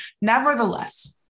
Nevertheless